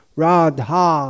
radha